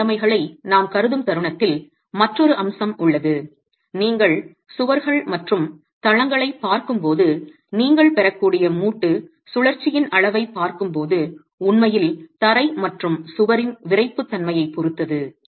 எல்லை நிலைமைகளை நாம் கருதும் தருணத்தில் மற்றொரு அம்சம் உள்ளது நீங்கள் சுவர்கள் மற்றும் தளங்களைப் பார்க்கும்போது நீங்கள் பெறக்கூடிய மூட்டு சுழற்சியின் அளவைப் பார்க்கும்போது உண்மையில் தரை மற்றும் சுவரின் விறைப்புத்தன்மையைப் பொறுத்தது